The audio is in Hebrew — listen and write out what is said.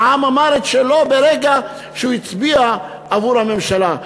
העם אמר את שלו ברגע שהוא הצביע עבור הממשלה.